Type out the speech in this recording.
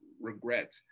regret